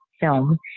film